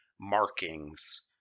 markings